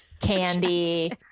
candy